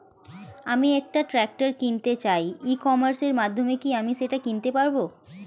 আমি একটা ট্রাক্টর কিনতে চাই ই কমার্সের মাধ্যমে কি আমি সেটা কিনতে পারব?